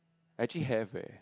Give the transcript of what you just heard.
actually have eh